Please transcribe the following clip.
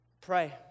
Pray